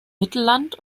mittelland